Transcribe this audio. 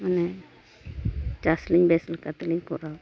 ᱢᱟᱱᱮ ᱪᱟᱥ ᱞᱤᱧ ᱵᱮᱥ ᱞᱮᱠᱟ ᱛᱮᱞᱤᱧ ᱠᱚᱨᱟᱣᱟ